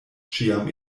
ĉiam